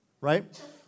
right